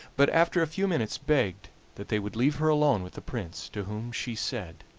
but after a few minutes begged that they would leave her alone with the prince, to whom she said